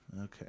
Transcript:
Okay